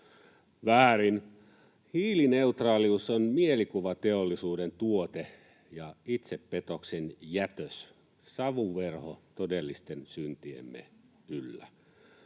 Väärin. Hiilineutraalius on mielikuvateollisuuden tuote ja itsepetoksen jätös, savuverho todellisten syntiemme yllä.